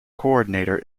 coordinator